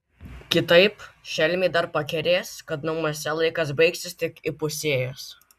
kitaip šelmiai dar pakerės kad namuose laikas baigsis tik įpusėjęs